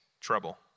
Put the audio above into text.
trouble